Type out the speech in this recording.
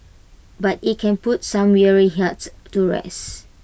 but IT can put some weary hearts to rest